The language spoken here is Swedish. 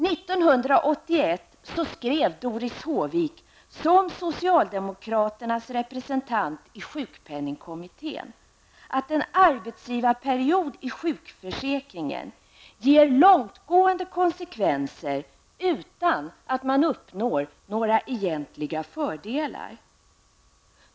1981 skrev Doris Håvik som socialdemokraternas representant i sjukpenningkommittén, att en arbetsgivarperiod i sjukförsäkringen ger långtgående konsekvenser utan att man uppnår några egentliga fördelar.